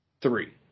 Three